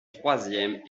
troisièmes